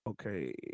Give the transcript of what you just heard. Okay